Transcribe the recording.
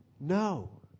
no